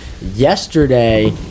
yesterday